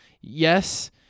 yes